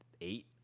eight